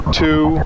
two